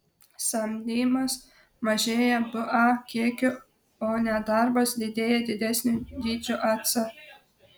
samdymas mažėja ba kiekiu o nedarbas didėja didesniu dydžiu ac